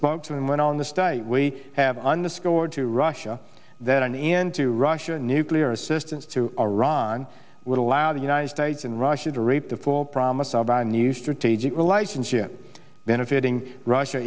spokesman went on the state we have underscored to russia that an end to russian nuclear assistance to iran would allow the united states and russia to reap the full promise i'll buy a new strategic relationship benefiting russia